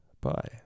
Bye